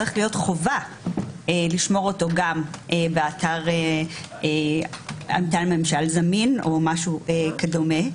צריך להיות חובה לשמור אותו גם באתר ממשל זמין או משהו כדומה.